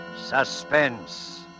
Suspense